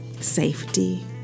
safety